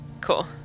Cool